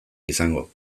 izango